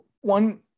one